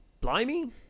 blimey